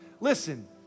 Listen